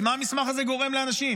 כי מה המסמך הזה גורם לאנשים?